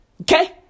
Okay